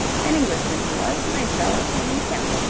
an englishman he was. nice fellow. named kemp.